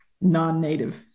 non-Native